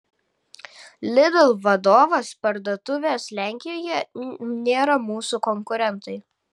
lidl vadovas parduotuvės lenkijoje nėra mūsų konkurentai